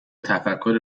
تفکری